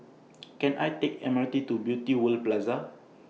Can I Take M R T to Beauty World Plaza